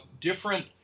different